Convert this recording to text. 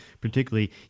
particularly